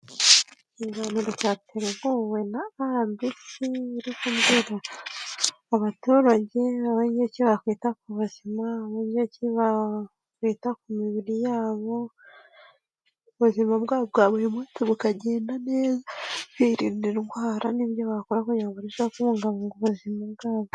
Ikiganiro cyateguwe inkunwe na RBC, kiri kubwira abaturage uburyo ki bakwita ku buzima, uburyo bata ku mibiri yabo, ubuzima bwabo bwa buri munsi bukagenda neza, birinda indwara n'ibyo bakora yabuza kubungabunga ubuzima bwabo.